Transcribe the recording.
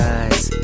eyes